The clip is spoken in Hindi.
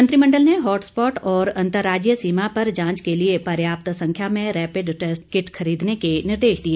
मंत्रिमंडल ने हॉटस्पॉट और अंतर्राज्यीय सीमा पर जांच के लिए पर्याप्त संख्या में रैपिड टैस्ट किट खरीदने के निर्देश दिए